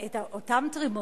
לאור כל הנ"ל